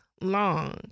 long